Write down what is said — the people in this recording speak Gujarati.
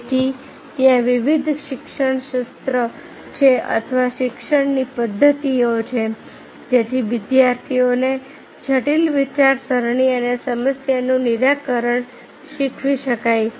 તેથી ત્યાં વિવિધ શિક્ષણશાસ્ત્ર છે અથવા શિક્ષણની પદ્ધતિઓ છે જેથી વિદ્યાર્થીઓને જટિલ વિચારસરણી અને સમસ્યાનું નિરાકરણ શીખવી શકાય